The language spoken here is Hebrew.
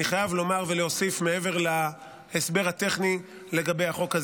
אני חייב לומר ולהוסיף מעבר להסבר הטכני לגבי החוק,